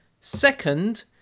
Second